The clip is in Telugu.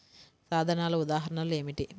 సాధనాల ఉదాహరణలు ఏమిటీ?